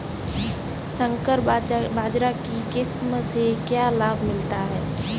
संकर बाजरा की किस्म से क्या लाभ मिलता है?